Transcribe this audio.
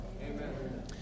Amen